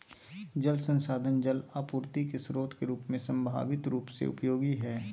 जल संसाधन जल आपूर्ति के स्रोत के रूप में संभावित रूप से उपयोगी हइ